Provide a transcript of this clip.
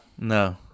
No